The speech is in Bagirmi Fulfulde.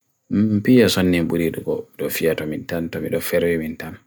mpiyasanya budir ko dofiyaramintan, tofiyaramintan.